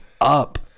up